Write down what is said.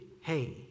hey